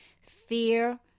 Fear